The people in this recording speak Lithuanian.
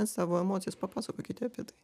savo emocijas papasakokite apie tai